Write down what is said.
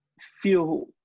feel